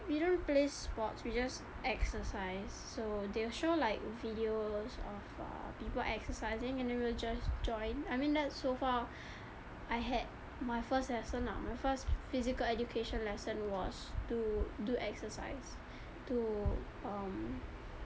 we don't play sports we just exercise so they will show like videos of uh people exercising and then we'll just join I mean that's so far I had my first lesson ah my first physical education lesson was to do exercise to um